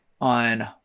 on